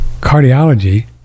Cardiology